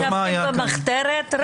ישבתם במחתרת?